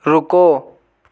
रुको